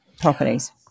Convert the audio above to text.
properties